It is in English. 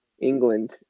England